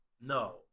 No